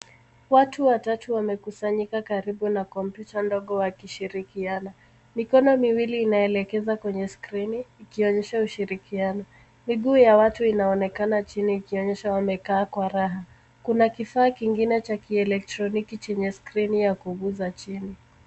Watu watatu wamekusanyika karibu na kompyuta ndogo wakishirikiana, mikn miwili inaelekeza kwenye skrini ikionyesha ushirikiano, miguu ya watu inaonekana chini ikionyesha wamekaa kwa raha. Kuna kifaa kingine cha kielektroniki chenye skrini ya kuguza chini.